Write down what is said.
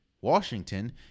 Washington